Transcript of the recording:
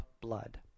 blood